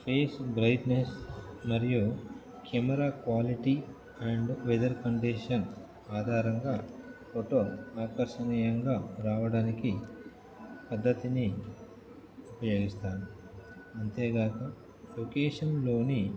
face brightness మరియు camera quality and weather condition ఆధారంగా photo ఆకర్షణీయంగా రావడానికి పద్ధతిని ఉపయోగిస్తాను అంతేగాక లొకేషన్లోని